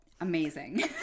Amazing